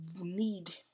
need